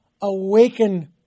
awaken